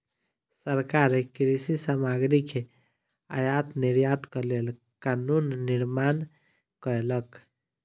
सरकार कृषि सामग्री के आयात निर्यातक लेल कानून निर्माण कयलक